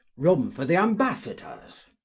room for the ambassadors.